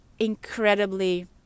incredibly